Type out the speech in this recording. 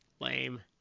Lame